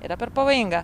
yra per pavojinga